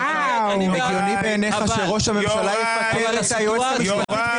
הגיוני בעיניך שראש הממשלה יפטר את היועצת המשפטית?